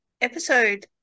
episode